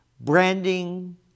branding